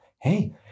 Hey